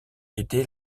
était